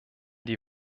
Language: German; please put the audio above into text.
die